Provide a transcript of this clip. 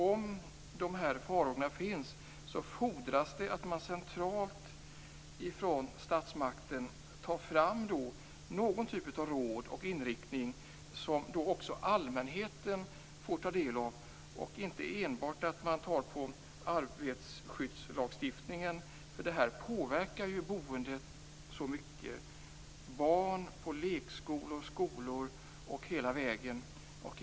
Om farhågorna finns fordras det att man centralt från statsmakten tar fram någon typ av råd och inriktning som också allmänheten får ta del av. Det skall inte enbart gälla arbetslagstiftningen. Detta påverkar nämligen boendet så pass mycket. Barn i lekskolor och skolor påverkas.